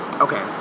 Okay